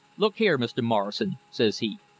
look here, mr. morrison says he,